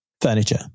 Furniture